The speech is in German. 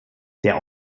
der